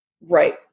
Right